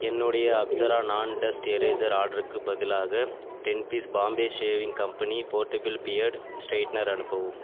என்னுடைய Apsara non dust eraser ஆர்டருக்குப் பதிலாக ten piece Bombay Shaving Company portable beard straightener அனுப்பவும்